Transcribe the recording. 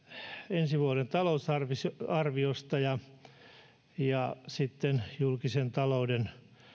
ensi vuoden talousarviosta ja ja julkisen talouden